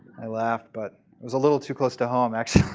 i laughed, but it was a little too close to home actually.